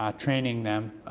um training them,